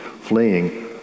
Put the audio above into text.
fleeing